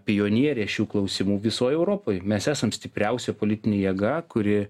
pionierė šių klausimų visoj europoj mes esam stipriausia politinė jėga kuri